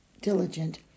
diligent